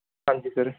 ਹਾਂਜੀ ਸਰ